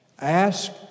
Ask